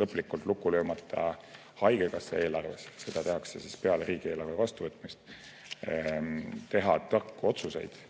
lõplikult lukku löömata haigekassa eelarves – seda tehakse peale riigieelarve vastuvõtmist – teha tarku otsuseid,